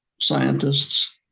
scientists